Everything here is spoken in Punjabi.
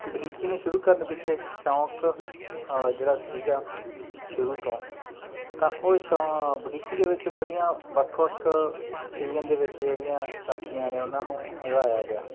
ਬਗੀਚੀ ਨੂੰ ਸ਼ੁਰੂ ਕਰਨ ਪਿੱਛੇ ਸ਼ੌਕ ਜਿਹੜਾ ਸੀਗਾ ਸ਼ੁਰੂ ਤੋਂ ਤਾਂ ਉਹ ਸ਼ੌ ਬਗੀਚੀ ਦੇ ਵਿੱਚ ਬੜੀਆਂ ਵੱਖ ਵੱਖ ਸੀਜ਼ਨ ਦੇ ਵਿੱਚ ਜਿਹੜੀਆਂ ਸਬਜ਼ੀਆਂ ਨੇ ਉਹਨਾਂ ਨੂੰ ਉਗਾਇਆ ਗਿਆ